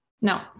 No